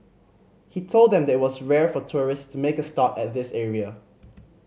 he told them that it was rare for tourist to make a stop at this area